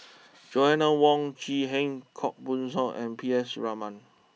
Joanna Wong Quee Heng Koh Buck Song and P S Raman